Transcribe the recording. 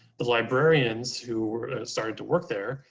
the librarians who started to work there,